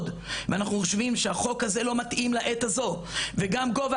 ואנחנו חושבים שהחוק הזה לא מתאים לעת הזו וגם גובה